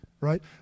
right